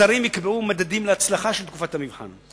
השרים יקבעו מדדים להצלחה של תקופת המבחן.